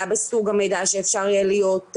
וגם הנושא של תחלואה חריגה יצטרך להיכנס לכאן,